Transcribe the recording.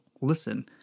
listen